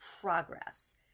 progress